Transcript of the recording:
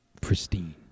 pristine